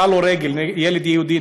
ילד יהודי,